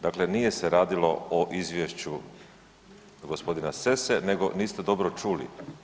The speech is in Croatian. Dakle, nije se radilo o izvješću gospodina Sese, nego niste dobro čuli.